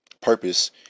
purpose